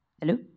Hello